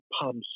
pubs